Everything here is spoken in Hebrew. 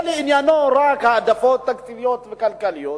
וכל עניינו הוא רק העדפות תקציביות וכלכליות,